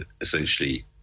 essentially